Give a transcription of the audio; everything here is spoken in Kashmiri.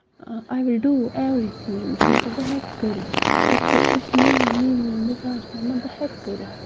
I will do everything مطلب بہٕ ہیٚکہٕ کٔرِتھ یہِ چھُ یہِ چھُ میون میٲنۍ مِزاج وَنان نہ بہٕ ہیٚکہٕ کٔرِتھ